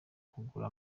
kugura